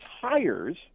hires